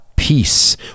peace